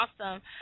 awesome